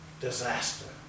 disaster